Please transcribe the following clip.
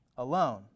alone